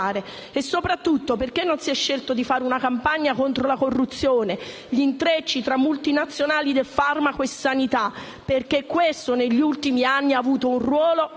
Sopratutto, perché non si è scelto di fare una campagna contro la corruzione, gli intrecci tra multinazionali del farmaco e sanità? Questo, negli ultimi anni, ha avuto un ruolo